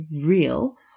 real